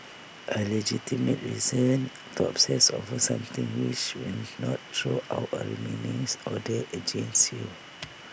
A legitimate reason to obsess over something which will not throw out A restraining order against you